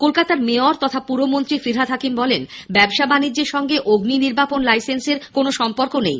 কলকাতার মেয়র তথা পুরমন্ত্রী ফিরহাদ হাকিম বলেন ব্যবসা বানিজ্যের সঙ্গে অগ্নি নির্বাপন লাইসেন্সের কোনো সম্পর্ক নেই